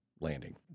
landing